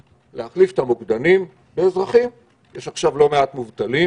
להחליף את המוקדנים באזרחים - יש עכשיו לא מעט מובטלים